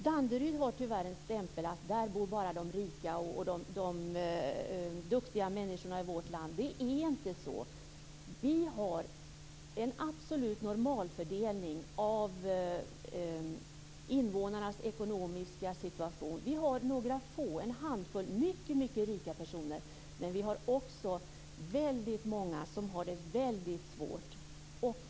Danderyd har tyvärr en stämpel på sig att där bor bara de rika och duktiga människorna i vårt land. Det är inte så. Vi har en absolut normalfördelning när det gäller invånarnas ekonomiska situation. Vi har några få, en handfull, mycket rika personer. Men vi har också väldigt många som har det väldigt svårt.